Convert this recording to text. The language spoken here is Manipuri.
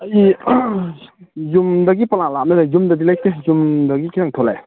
ꯑꯩ ꯌꯨꯝꯗꯒꯤ ꯄꯪꯂꯥꯞ ꯂꯥꯞꯇꯅ ꯂꯩ ꯌꯨꯝꯗꯗꯤ ꯂꯩꯇꯦ ꯌꯨꯝꯗꯒꯤ ꯈꯤꯇꯪ ꯊꯣꯛꯂꯛꯑꯦ